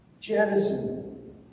Jettison